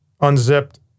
unzipped